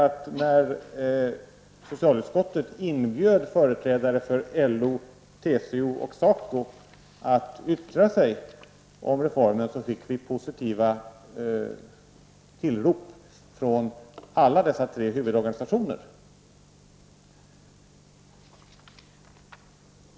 TCO och SACO att yttra sig om reformen, så fick vi positiva tillrop från alla dessa tre huvudorganisationer.